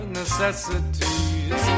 necessities